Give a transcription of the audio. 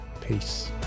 Peace